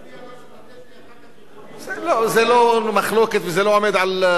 זה לא מחלוקת, וזה לא עומד על קול אחד,